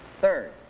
Third